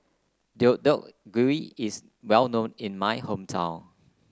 Deodeok Gui is well known in my hometown